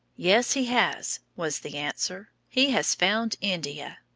yes, he has, was the answer. he has found india.